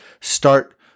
start